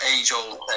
age-old